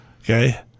Okay